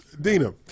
Dina